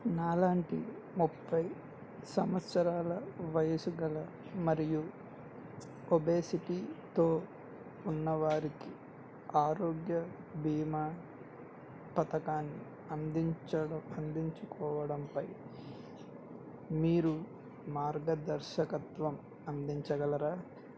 నాలాంటి ముప్పై సంవత్సరాల వయసు గల మరియు ఒబేసిటీతో ఉన్న వారికి ఆరోగ్య బీమా పథకాన్ని అందించడం అందించుకోవడం పై మీరు మార్గదర్శకత్వం అందించగలరా